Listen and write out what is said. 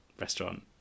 restaurant